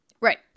Right